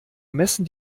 messen